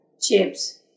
chips